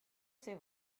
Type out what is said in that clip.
c’est